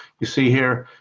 you see here